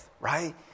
right